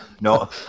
No